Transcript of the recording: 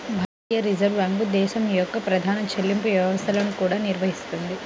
భారతీయ reserve bank దేశం యొక్క ప్రధాన చెల్లింపు వ్యవస్థలను కూడా నిర్వహిస్తుంది